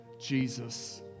Jesus